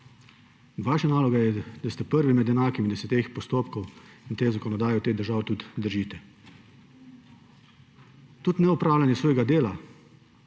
Vaša naloga je, da ste prvi med enakimi, da se teh postopkov in te zakonodaje v tej državi tudi držite. Tudi neopravljanje svojega dela